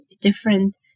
different